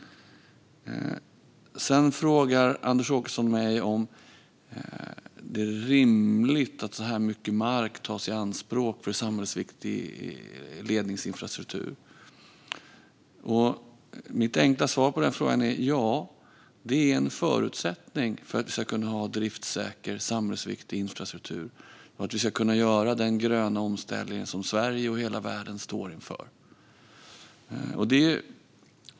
Sedan frågar Anders Åkesson mig om det är rimligt att så mycket mark tas i anspråk för samhällsviktig ledningsinfrastruktur. Mitt enkla svar på den frågan är: Ja, det är en förutsättning för att vi ska kunna ha driftsäker samhällsviktig infrastruktur och att vi ska kunna göra den gröna omställning som Sverige och hela världen står inför.